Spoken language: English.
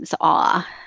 awe